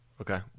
Okay